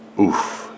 oof